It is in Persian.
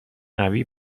قوی